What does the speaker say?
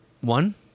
one